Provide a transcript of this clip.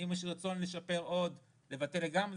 אם יש רצון לשפר עוד או לבטל לגמרי,